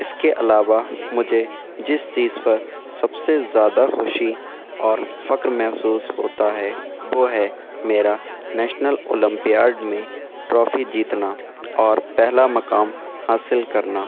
اس کے علاوہ مجھے جس چیز پر سب سے زیادہ خوشی اور فخر محسوس ہوتا ہے وہ ہے میرا نیشنل اولمپیاڈ میں ٹرافی جیتنا اور پہلا مقام حاصل کرنا